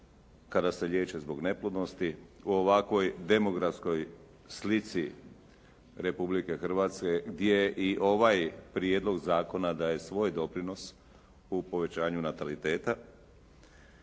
kada se liječe zbog neplodnosti u ovakvoj demografskoj slici Republike Hrvatske gdje i ovaj prijedlog zakona daje svoj doprinos u povećanju nataliteta.